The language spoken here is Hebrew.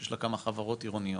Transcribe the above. שיש לה כמה חברות עירוניות,